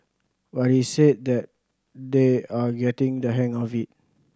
but he said that they are getting the hang of it